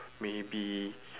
may be